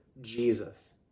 Jesus